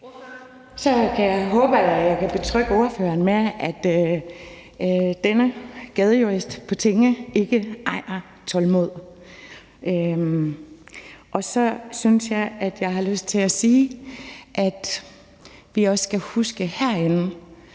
Så håber jeg, at jeg kan betrygge ordføreren med, at denne gadejurist på tinge ikke ejer tålmod. Og så har jeg lyst til at sige, at vi herinde også skal huske at give